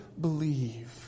believe